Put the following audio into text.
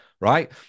right